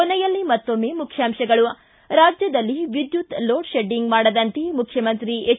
ಕೊನೆಯಲ್ಲಿ ಮತ್ತೊಮ್ಮೆ ಮುಖ್ಯಾಂಶಗಳು ಿ ರಾಜ್ಯದಲ್ಲಿ ವಿದ್ಯುತ್ ಲೋಡ್ ಶೆಡ್ಡಿಂಗ್ ಮಾಡದಂತೆ ಮುಖ್ಯಮಂತ್ರಿ ಹೆಚ್